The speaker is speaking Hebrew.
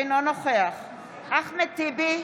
אינו נוכח אחמד טיבי,